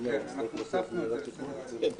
כן, אנחנו הוספנו את זה לסדר-היום.